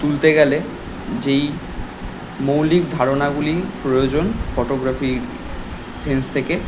তুলতে গেলে যেই মৌলিক ধারণাগুলি প্রয়োজন ফটোগ্রাফির সেন্স থেকে